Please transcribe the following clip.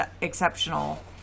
exceptional